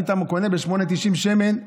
אם אתה קונה ב-8.90 שמן,